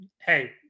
hey